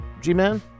G-Man